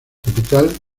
capital